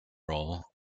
role